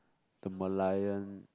the Merlion